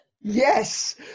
Yes